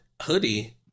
Hoodie